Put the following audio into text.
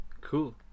Cool